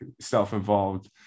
self-involved